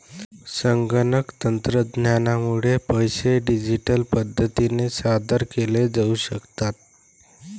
संगणक तंत्रज्ञानामुळे पैसे डिजिटल पद्धतीने सादर केले जाऊ शकतात